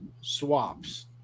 swaps